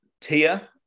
Tia